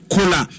Cola